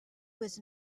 was